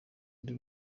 undi